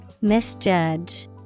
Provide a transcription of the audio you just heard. Misjudge